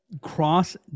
cross